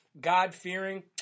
god-fearing